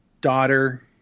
daughter